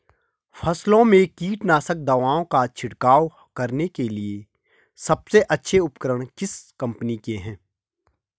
फसलों में कीटनाशक दवाओं का छिड़काव करने के लिए सबसे अच्छे उपकरण किस कंपनी के हैं?